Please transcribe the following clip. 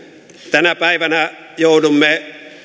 tänä päivänä joudumme